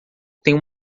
tenho